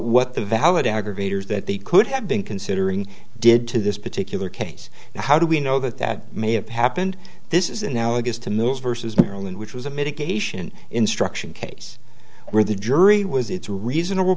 what the valid aggravators that they could have been considering did to this particular case how do we know that that may have happened this is analogous to mills versus maryland which was a mitigation instruction case where the jury was it's a reasonable